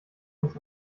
uns